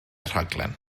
rhaglen